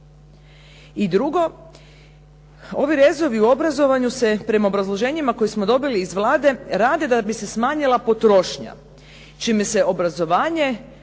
I drugo, ovi rezovi u obrazovanju se prema obrazloženjima koje smo dobili iz Vlade rade da bi se smanjila potrošnja, čime se obrazovanje